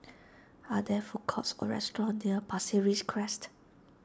are there food courts or restaurants near Pasir Ris Crest